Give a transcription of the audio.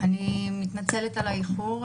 אני מתנצלת על האיחור,